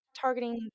targeting